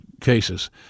cases